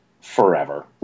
forever